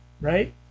right